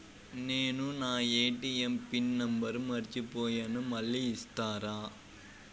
నేను నా ATM PIN number మర్చిపోయాను మళ్ళీ ఇస్తారా?